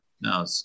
no